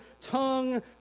tongue